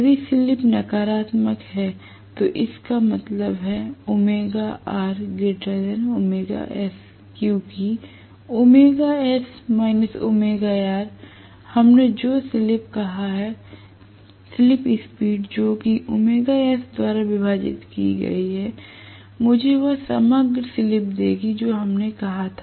यदि स्लिप नकारात्मक है तो इसका मतलब है क्योंकि हमने जो स्लिप कहा है स्लिप स्पीड जो कि द्वारा विभाजित की गई मुझे वह समग्र स्लिप देगी जो हमने कहा था